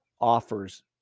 offers